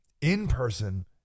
in-person